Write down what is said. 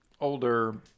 older